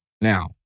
Now